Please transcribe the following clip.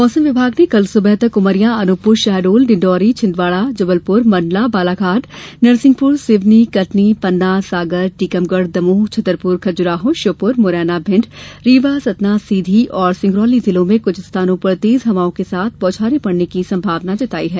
मौसम े विभाग ने कल सुबह तक उमरिया अनूपपुर शहडोल डिण्डोरी छिंदवाड़ा जबलपुर मंडला बालाघाट नरसिंहपुर सिवनी कटनी पन्ना सागर टीकमगढ़ दमोह छतरपुर खजुराहो श्योपुर मुरैना भिंड रीवा सतना सीधी और सिंगरौली जिलों में कुछ स्थानों पर तेज हवाओं के साथ बौछारें पड़ने की संभावना जताई है